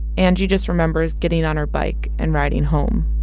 angie just remembers getting on her bike and riding home